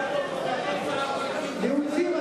להוציא,